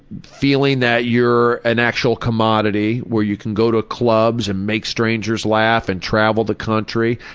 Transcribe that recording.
feeling that you're an actual commodity where you can go to clubs and make strangers laugh and travel the country.